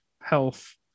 health